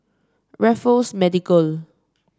Raffles Medical